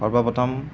সৰ্ব প্ৰথম